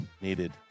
needed